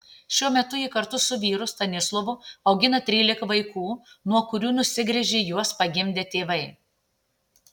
šiuo metu ji kartu su vyru stanislovu augina trylika vaikų nuo kurių nusigręžė juos pagimdę tėvai